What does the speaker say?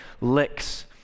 licks